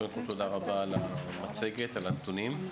תודה רבה על המצגת והנתונים.